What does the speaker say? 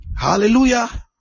Hallelujah